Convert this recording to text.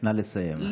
נא לסיים.